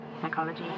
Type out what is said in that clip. psychology